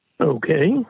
Okay